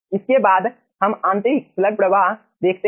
इसके बाद हम आंतरायिक स्लग प्रवाह देखते हैं